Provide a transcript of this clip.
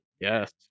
Yes